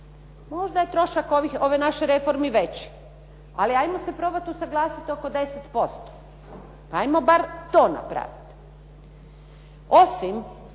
Možda je trošak ove naše reforme veći ali ajmo se probati usuglasiti oko 10%, ajmo bar to napraviti.